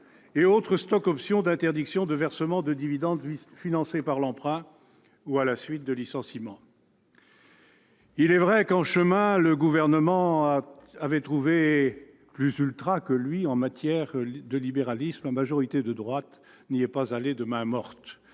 et autres stock-options, d'interdiction de versement de dividendes financés par l'emprunt ou à la suite de licenciements. Il est vrai que, en chemin, le Gouvernement a trouvé plus ultra que lui en matière de libéralisme. La majorité de droite n'y était pas allée de main morte